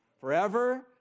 Forever